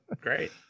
great